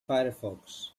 firefox